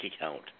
account